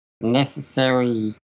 necessary